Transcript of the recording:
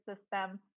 system